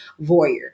voyeur